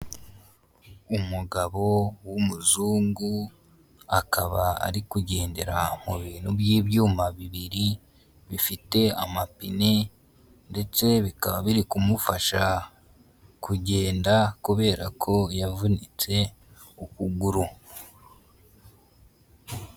Umugabo w'umuzungu akaba ari kugendera mu bintu by'ibyuma bibiri bifite amapine ndetse bikaba biri kumufasha kugenda kubera ko yavunitse ukuguru.